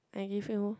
I give you